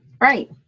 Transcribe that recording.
right